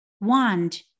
wand